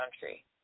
country